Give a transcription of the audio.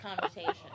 conversation